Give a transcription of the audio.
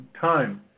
time